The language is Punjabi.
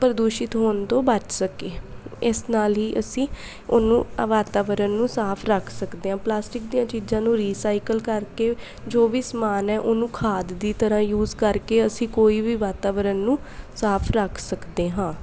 ਪ੍ਰਦੂਸ਼ਿਤ ਹੋਣ ਤੋਂ ਬਚ ਸਕੇ ਇਸ ਨਾਲ ਹੀ ਅਸੀਂ ਉਹਨੂੰ ਵਾਤਾਵਰਨ ਨੂੰ ਸਾਫ ਰੱਖ ਸਕਦੇ ਹਾਂ ਪਲਾਸਟਿਕ ਦੀਆਂ ਚੀਜ਼ਾਂ ਨੂੰ ਰੀਸਾਈਕਲ ਕਰਕੇ ਜੋ ਵੀ ਸਮਾਨ ਹੈ ਉਹਨੂੰ ਖਾਦ ਦੀ ਤਰ੍ਹਾਂ ਯੂਜ ਕਰਕੇ ਅਸੀਂ ਕੋਈ ਵੀ ਵਾਤਾਵਰਨ ਨੂੰ ਸਾਫ ਰੱਖ ਸਕਦੇ ਹਾਂ